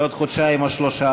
בעוד חודשיים או שלושה.